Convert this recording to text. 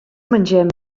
mengem